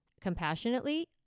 compassionately